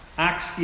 Acts